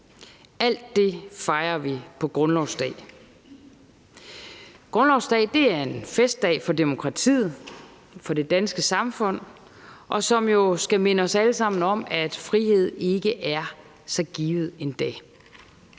Alt det fejrer vi på grundlovsdag. Grundlovsdag er en festdag for demokratiet, for det danske samfund, som jo skal minde os alle sammen om, at frihed ikke er så givet endda.